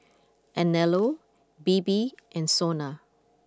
Anello Bebe and Sona